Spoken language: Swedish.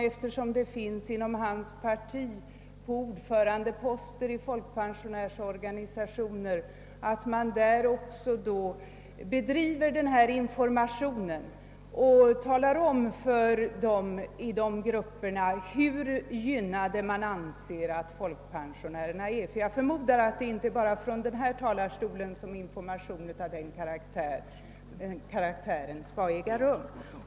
Eftersom vissa ordförandeposter i folkpensionärsorganisationer är besatta med personer från herr Kristensons parti hoppas jag att man där bedriver information och talar om hur gynnade man anser folkpensionärerna vara. Det är väl inte bara från denna talarstol som information av den karaktären skall äga rum.